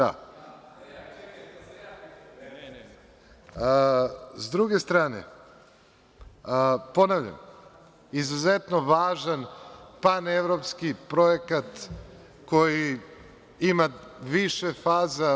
Sa druge strane, ponavljam, izuzetno važan panevropski projekat koji ima više faza.